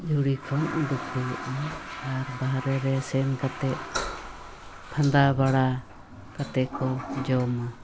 ᱡᱷᱩᱲᱤ ᱠᱷᱚᱱ ᱩᱰᱩᱠ ᱦᱩᱭᱩᱜᱼᱟ ᱟᱨ ᱵᱟᱦᱟᱨᱮ ᱥᱮᱱ ᱠᱟᱛᱮᱫ ᱯᱷᱟᱫᱟ ᱵᱟᱲᱟ ᱠᱟᱛᱮ ᱠᱚ ᱡᱚᱢᱟ